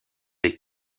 des